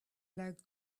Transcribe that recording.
legs